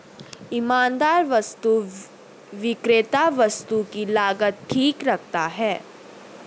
ईमानदार वस्तु विक्रेता वस्तु की लागत ठीक रखता है